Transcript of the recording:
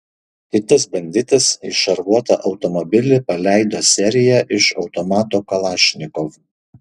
kitas banditas į šarvuotą automobilį paleido seriją iš automato kalašnikov